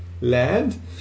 Land